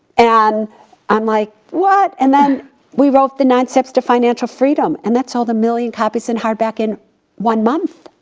and i'm like, what? and then we wrote the nine steps to financial freedom. and that sold a million copies in hardback in one month.